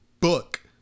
book